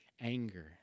anger